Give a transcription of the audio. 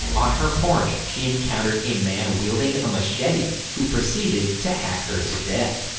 on her porch, she encountered a man wielding a machete who proceeded to hack her to death.